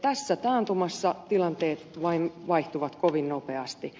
tässä taantumassa tilanteet vain vaihtuvat kovin nopeasti